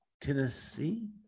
Tennessee